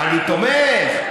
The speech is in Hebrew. אני תומך.